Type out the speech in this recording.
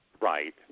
Right